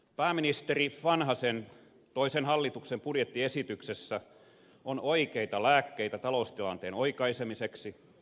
pääministeri vanhasen toisen hallituksen budjettiesityksessä on oikeita lääkkeitä taloustilanteen oikaisemiseksi